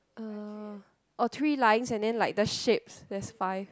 uh oh three lines and then like the shapes there's five